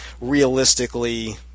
realistically